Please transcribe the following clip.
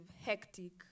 hectic